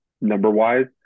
number-wise